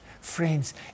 Friends